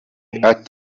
ati